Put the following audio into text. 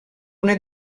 una